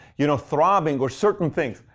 you know throbbing, or certain things.